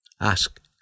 Ask